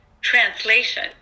translation